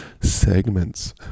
segments